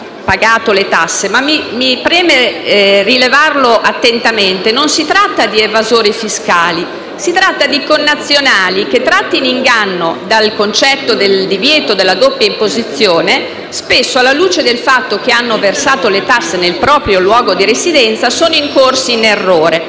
pagato le tasse: mi preme però far rilevare che non si tratta di evasori fiscali, bensì di connazionali che, tratti in inganno dal concetto del divieto della doppia imposizione, spesso, alla luce del fatto che hanno versato le tasse nel proprio luogo di residenza, sono incorsi in errore.